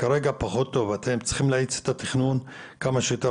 וכמובן תתחיל לפעול על פי התוכניות שיוגשו למחוז,